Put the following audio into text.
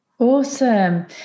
Awesome